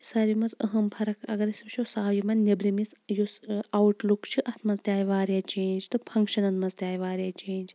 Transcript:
سارِوٕے مَنٛز اَہَم فَرَق اِگَر أسۍ وُچھو سۄ آیہِ یِمَن نیٚبرِمِس یُس آوُٹ لُک چھُ اتھ مَنٛز تہِ آیہِ واریاہ چینٛج تہٕ فنٛکشَنَن مَنٛز تہِ آیہِ واریاہ چینٛج